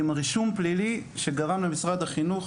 עם רישום פלילי שגרם למשרד החינוך